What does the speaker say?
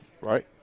Right